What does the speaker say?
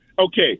Okay